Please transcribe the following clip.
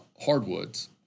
hardwoods